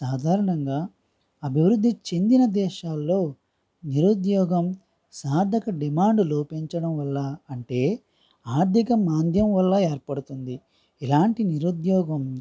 సాధారణంగా అభివృద్ధి చెందిన దేశాల్లో నిరుద్యోగం సార్థక డిమాండ్ లోపించడం వల్ల అంటే ఆర్ధిక మాంద్యం వల్ల ఏర్పడుతుంది ఇలాంటి నిరుద్యోగం